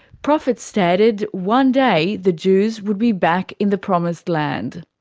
prophets stated one day the jews would be back in the promised land.